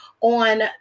on